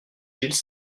gilles